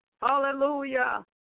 Hallelujah